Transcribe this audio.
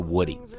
Woody